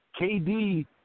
KD –